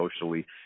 socially